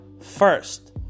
first